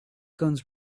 guns